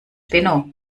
benno